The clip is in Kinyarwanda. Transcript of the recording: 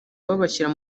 babashyira